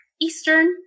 Eastern